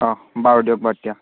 অঁ বাৰু দিয়ক বা তেতিয়া